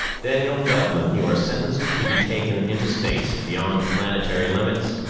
daniel feldman, you are sentenced to be taken in to space beyond planetary limits,